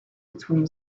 between